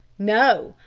no,